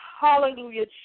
Hallelujah